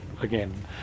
again